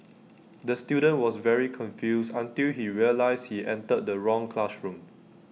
the student was very confused until he realised he entered the wrong classroom